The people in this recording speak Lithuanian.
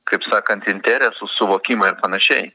kaip sakant interesų suvokimą ir panašiai